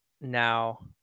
now